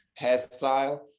hairstyle